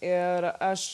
ir aš